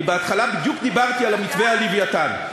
אני בהתחלה בדיוק דיברתי על המתווה, על "לווייתן".